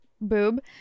boob